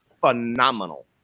phenomenal